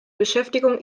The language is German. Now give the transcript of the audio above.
beschäftigung